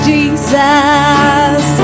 Jesus